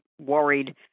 worried